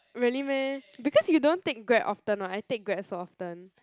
really meh because you don't take Grab often [what] I take Grab so often